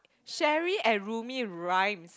Sherry and Roomie rhyme